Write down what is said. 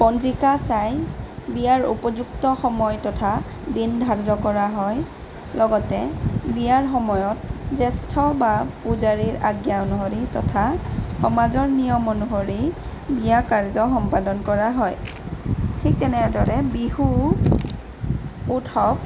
পঞ্জিকা চাই বিয়াৰ উপযুক্ত সময় তথা দিন ধাৰ্য কৰা হয় লগতে বিয়াৰ সময়ত জেষ্ঠ বা পূজাৰীৰ আজ্ঞা অনুসৰি তথা সমাজৰ নিয়ম অনুসৰি বিয়া কাৰ্য সম্পাদন কৰা হয় ঠিক তেনেদৰে বিহু উৎসৱ